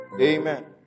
Amen